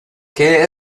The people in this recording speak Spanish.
qué